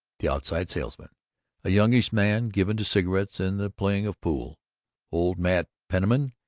the outside salesman a youngish man given to cigarettes and the playing of pool old mat penniman,